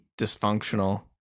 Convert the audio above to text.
dysfunctional